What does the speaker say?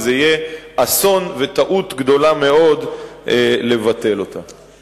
וזה יהיה אסון וטעות גדולה מאוד לבטל אותה.